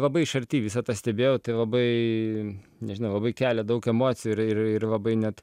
labai iš arti visa tą stebėjau tai labai nežinau labai kelia daug emocijų ir ir ir labai net